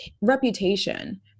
reputation